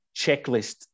checklist